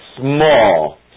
small